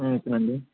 ఇతనండి